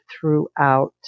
throughout